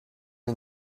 and